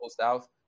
South